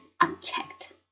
unchecked